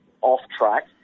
off-track